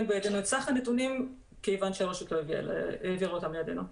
לנו את סך הנתונים כיוון שהרשות לא העבירה אותם לידינו.